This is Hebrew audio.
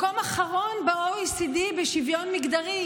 מקום אחרון ב-OECD בשוויון מגדרי,